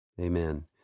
Amen